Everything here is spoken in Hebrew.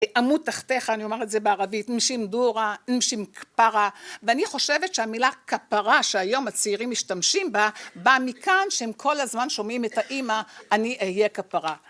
עמוד תחתיך אני אומרת את זה בערבית עם שם דורה עם שם כפרה ואני חושבת שהמילה כפרה שהיום הצעירים משתמשים בה בא מכאן שהם כל הזמן שומעים את האימא אני אהיה כפרה